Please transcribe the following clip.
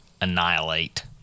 annihilate